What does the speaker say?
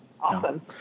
Awesome